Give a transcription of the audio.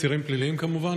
אסירים פליליים כמובן,